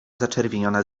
zaczerwieniona